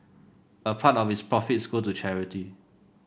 a part of its profits go to charity